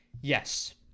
Yes